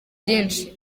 byinshi